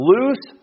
Loose